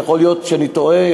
יכול להיות שאני טועה.